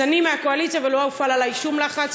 אז אני מהקואליציה ולא הופעל עלי שום לחץ.